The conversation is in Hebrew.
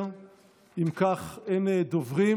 אינה נוכחת,